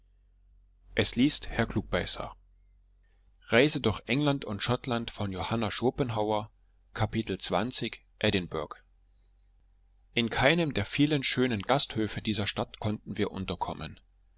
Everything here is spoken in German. edinburgh in keinem der vielen schönen gasthöfe dieser stadt konnten wir unterkommen